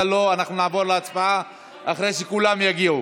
אתה לא, נעבור להצבעה, אחרי שכולם יגיעו.